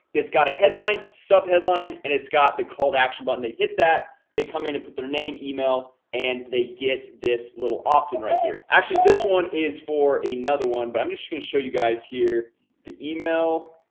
it's got a headline sub-headline, and it's got the call-to-action button they hit that they come in and put their name email and they get this little opt-in right here actually this one is for another one, but i'm just gonna show you guys here the email